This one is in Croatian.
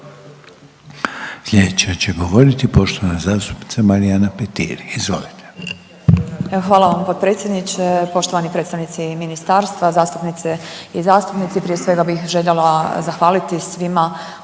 Sljedeća će govoriti poštovana zastupnica Marijana Petir, izvolite. **Petir, Marijana (Nezavisni)** Hvala vam potpredsjedniče, poštovani predstavnici ministarstva, zastupnice i zastupnici. Prije svega bih željela zahvaliti svima